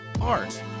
art